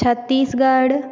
Chhattisgarh